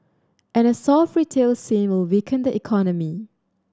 and a soft retail scene will weaken the economy